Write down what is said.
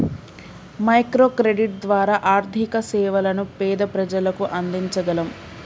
micro credit ద్వారా ఆర్థిక సేవలను పేద ప్రజలకు అందించగలం